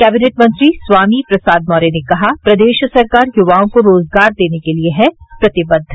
cabinet मंत्री स्वामी प्रसाद मौर्य ने कहा प्रदेश सरकार युवाओं को रोजगार देने के लिए प्रतिबद्ध